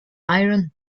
iron